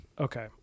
Okay